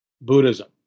Buddhism